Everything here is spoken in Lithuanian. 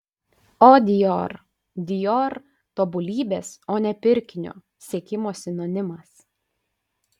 o dior dior tobulybės o ne pirkinio siekimo sinonimas